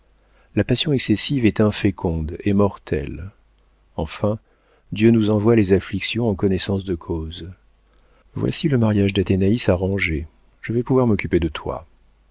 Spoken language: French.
la passion excessive est inféconde et mortelle enfin dieu nous envoie les afflictions en connaissance de cause voici le mariage d'athénaïs arrangé je vais pouvoir m'occuper de toi